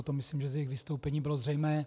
To myslím, že z jejich vystoupení bylo zřejmé.